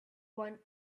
one